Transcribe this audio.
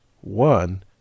one